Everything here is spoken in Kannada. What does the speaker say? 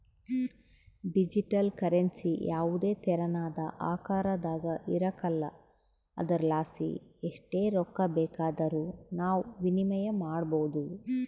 ಡಿಜಿಟಲ್ ಕರೆನ್ಸಿ ಯಾವುದೇ ತೆರನಾದ ಆಕಾರದಾಗ ಇರಕಲ್ಲ ಆದುರಲಾಸಿ ಎಸ್ಟ್ ರೊಕ್ಕ ಬೇಕಾದರೂ ನಾವು ವಿನಿಮಯ ಮಾಡಬೋದು